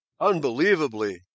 unbelievably